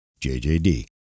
JJD